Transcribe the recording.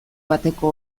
bateko